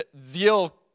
zeal